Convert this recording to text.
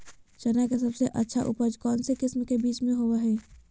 चना के सबसे अच्छा उपज कौन किस्म के बीच में होबो हय?